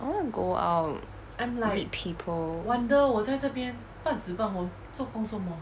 I want to go out meet people